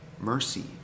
mercy